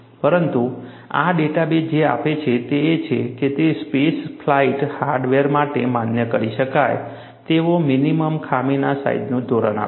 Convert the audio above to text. પરંતુ આ ડેટાબેઝ જે આપે છે તે એ છે કે તે સ્પેસ ફ્લાઇટ હાર્ડવેર માટે માન્ય કરી શકાય તેવો મિનિમમ ખામીના સાઈજનું ધોરણ આપે છે